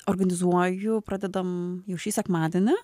organizuoju pradedam jau šį sekmadienį